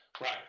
Right